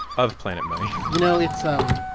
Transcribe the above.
of planet money you know, it's um